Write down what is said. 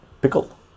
pickle